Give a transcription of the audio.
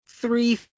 Three